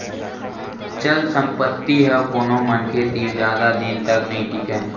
चल संपत्ति ह कोनो मनखे तीर जादा दिन तक नइ टीकय